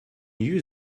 new